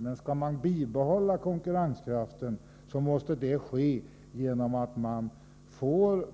Men skall man bibehålla konkurrenskraften måste det ske genom att man bedriver